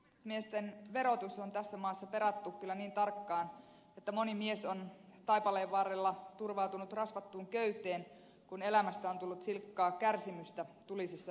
komennusmiesten verotus on tässä maassa kyllä perattu niin tarkkaan että moni mies on taipaleen varrella turvautunut rasvattuun köyteen kun elämästä on tullut silkkaa kärsimystä tulisessa pätsissä